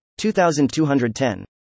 2210